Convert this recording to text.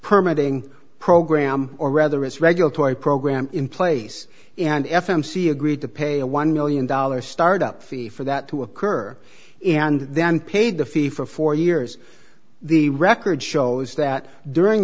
permit a program or rather its regulatory program in place and f m c agreed to pay a one million dollars start up fee for that to occur and then paid the fee for four years the record shows that during